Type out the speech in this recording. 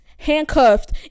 handcuffed